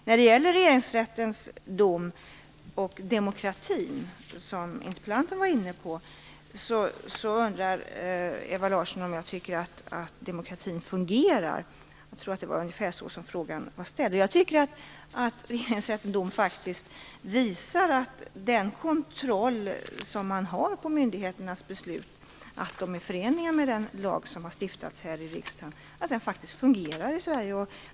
När det gäller Regeringsrättens dom och demokratin undrar interpellanten, Ewa Larsson, om jag tycker att demokratin fungerar. Jag tror att det var ungefär så frågan var ställd. Jag tycker att Regeringsrättens dom faktiskt visar att den kontroll man har på myndigheternas beslut är förenlig med den lag som har stiftats här i riksdagen. Den visar att det här faktiskt fungerar i Sverige.